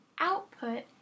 output